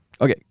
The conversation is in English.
Okay